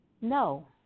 No